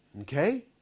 Okay